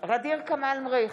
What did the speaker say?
ע'דיר כמאל מריח,